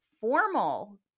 formal